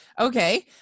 Okay